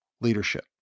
leadership